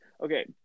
Okay